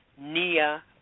Nia